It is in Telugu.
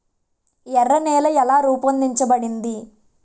ఎర్ర నేల ఎలా రూపొందించబడింది?